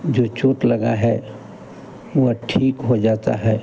जो चोंट लगी है वह ठीक हो जाती है